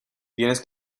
tienes